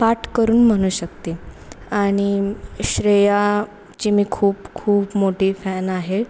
पाठ करून म्हणू शकते आणि श्रेयाची मी खूप खूप मोठी फॅन आहे